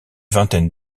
vingtaine